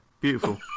Beautiful